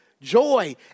joy